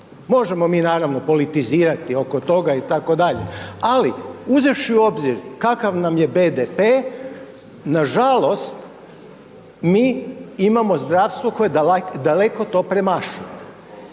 možemo mi naravno politizirati oko toga itd., ali uzevši u obzir kakav nam je BDP, nažalost mi imamo zdravstvo koje daleko to premašuje